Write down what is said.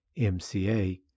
MCA